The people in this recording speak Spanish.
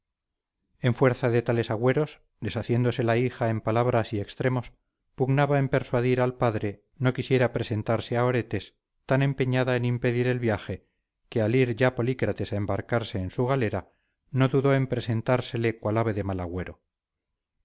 en fuerza de tales agüeros deshaciéndose la hija en palabras y extremos pugnaba en persuadir al padre no quisiera presentarse a oretes tan empeñada en impedir el viaje que al ir ya polícrates a embarcarse en su galera no dudó en presentársele cual ave de mal agüero